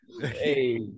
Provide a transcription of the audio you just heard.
Hey